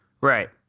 Right